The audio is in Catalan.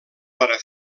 hora